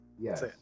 Yes